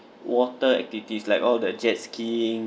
water activities like all the jet skiing